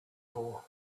for